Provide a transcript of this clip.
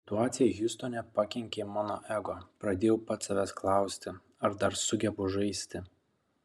situacija hjustone pakenkė mano ego pradėjau pats savęs klausti ar dar sugebu žaisti